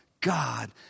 God